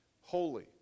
Holy